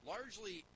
Largely